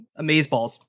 Amazeballs